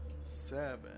seven